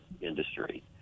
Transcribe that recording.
industry